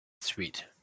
Sweet